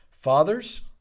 Fathers